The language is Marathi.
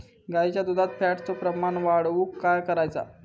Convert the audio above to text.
गाईच्या दुधात फॅटचा प्रमाण वाढवुक काय करायचा?